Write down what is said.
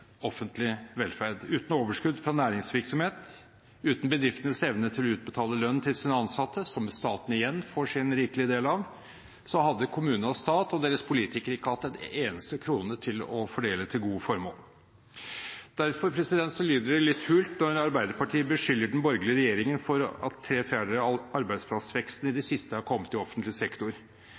offentlig velferd. Uten overskudd fra næringsvirksomhet, uten bedriftenes evne til å utbetale lønn til sine ansatte, som staten igjen får sin rikelige del av, hadde kommune og stat og deres politikere ikke hatt en eneste krone å fordele til gode formål. Derfor lyder det litt hult når Arbeiderpartiet beskylder den borgerlige regjeringen for at tre fjerdedeler av all arbeidsplassvekst i det siste har kommet i offentlig sektor.